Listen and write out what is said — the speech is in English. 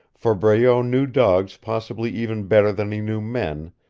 for breault knew dogs possibly even better than he knew men,